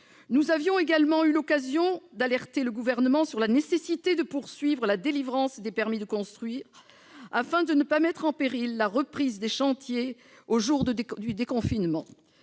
Nous avions également eu l'occasion d'alerter le Gouvernement sur la nécessité de poursuivre la délivrance des permis de construire, afin de ne pas mettre en péril la reprise des chantiers le jour du déconfinement.